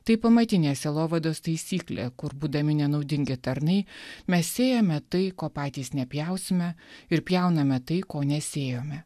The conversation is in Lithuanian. tai pamatinė sielovados taisyklė kur būdami nenaudingi tarnai mes sėjame tai ko patys nepjausime ir pjauname tai ko nespėjome